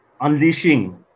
unleashing